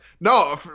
No